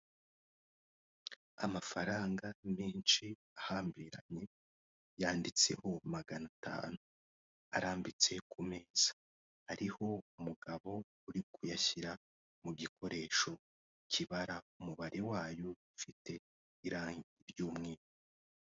Amafaranga menshi ahambiranye yanditseho magana atanu arambitse ku meza ariho umugabo uri kuyashyira mu gikoresho kibara umubare wayo ufite irangi ry'umweru.